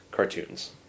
cartoons